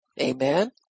Amen